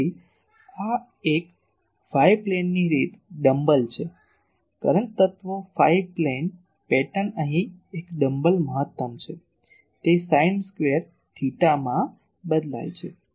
તેથી એક ફાઇ પ્લેનની રીત ડમ્બલ છે કરંટ તત્વો ફાઈ પ્લેન પેટર્ન અહીં એક ડમ્બલ મહત્તમ છે તે સાઈન સ્ક્વેર થેટામાં બદલાય છે